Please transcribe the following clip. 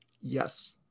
Yes